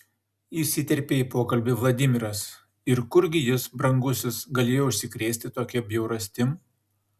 įsiterpė į pokalbį vladimiras ir kurgi jis brangusis galėjo užsikrėsti tokia bjaurastim